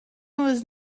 was